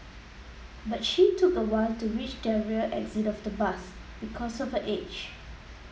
but she took a while to reach the rear exit of the bus because of her age